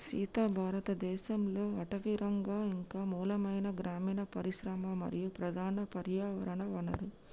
సీత భారతదేసంలో అటవీరంగం ఇంక మూలమైన గ్రామీన పరిశ్రమ మరియు ప్రధాన పర్యావరణ వనరు